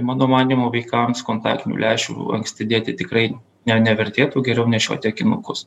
mano manymu veikams kontaktinių lęšių anksti dėti tikrai ne nevertėtų geriau nešioti akinukus